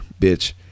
bitch